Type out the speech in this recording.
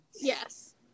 Yes